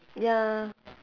ya